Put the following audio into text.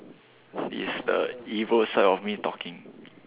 is the evil side of me talking